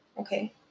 okay